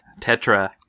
Tetra